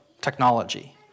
technology